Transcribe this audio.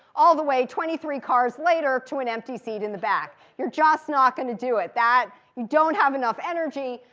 all the way, twenty three cars later, to an empty seat in the back. you're just not going to do it. you don't have enough energy.